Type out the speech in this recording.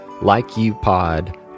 likeyoupod